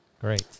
Great